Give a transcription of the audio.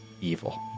evil